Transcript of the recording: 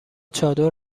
چادر